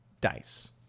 dice